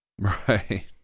Right